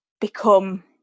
become